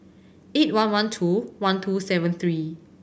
eight one one two one two seven three